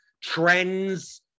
trends